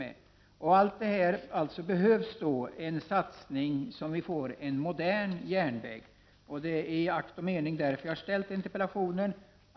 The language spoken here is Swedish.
För att åstadkomma allt detta behövs det alltså satsningar på en modern järnväg. Det är i akt och mening att möjliggöra detta som jag har framställt interpellationen.